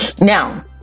Now